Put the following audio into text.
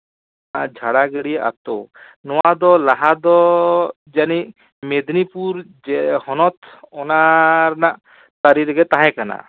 ᱡᱷᱟᱲᱟᱜᱟᱹᱲᱭᱟᱹ ᱟᱛᱳ ᱱᱚᱣᱟ ᱫᱚ ᱞᱟᱦᱟ ᱫᱚ ᱡᱟᱹᱱᱤᱡ ᱢᱮᱫᱽᱱᱤᱯᱩᱨ ᱦᱚᱱᱚᱛ ᱚᱱᱟ ᱨᱮᱱᱟᱜ ᱛᱟᱹᱨᱤ ᱨᱮᱜᱮ ᱛᱟᱦᱮᱸᱠᱟᱱᱟ